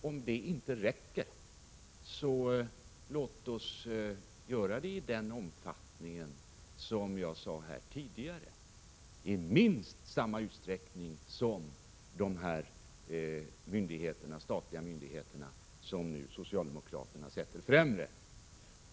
Om det inte räcker, låt oss då hålla öppet i den omfattning jag nämnde tidigare, dvs. i minst samma utsträckning som de statliga myndigheter som socialdemokraterna föredrar.